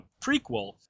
prequel